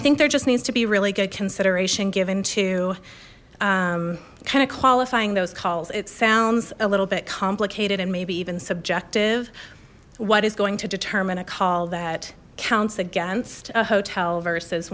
think there just needs to be really good consideration given to kind of qualifying those calls it sounds a little bit complicated and maybe even subjective what is going to determine a call that counts against a hotel versus